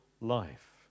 life